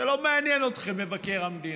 זה לא מעניין אתכם מבקר המדינה,